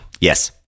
Yes